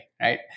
right